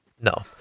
no